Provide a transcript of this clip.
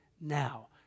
now